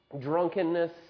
drunkenness